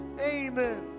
Amen